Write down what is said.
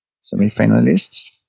semi-finalists